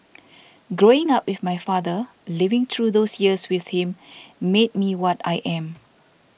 growing up with my father living through those years with him made me what I am